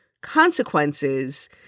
consequences